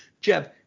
Jeff